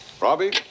Robbie